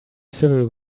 civil